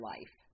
Life